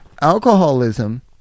alcoholism